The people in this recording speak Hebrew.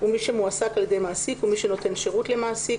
ומי שמועסק על ידי מעסיק ומי שנותן שירות למעסיק,